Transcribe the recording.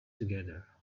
together